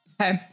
Okay